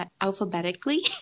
alphabetically